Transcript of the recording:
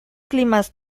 climas